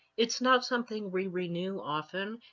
it's not something we renew often